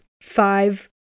Five